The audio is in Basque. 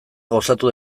gozatu